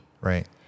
Right